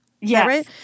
Yes